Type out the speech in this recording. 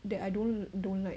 that I don't don't like